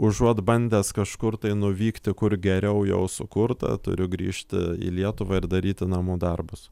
užuot bandęs kažkur tai nuvykti kur geriau jau sukurta turiu grįžti į lietuvą ir daryti namų darbus